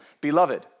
Beloved